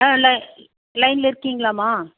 ஆ லை லைனில் இருக்கீங்களாம்மா